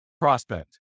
prospect